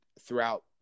throughout